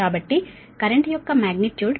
కాబట్టి కరెంట్ యొక్క మాగ్నిట్యూడ్ 551